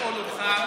לשאול אותך,